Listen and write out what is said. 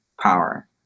power